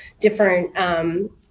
different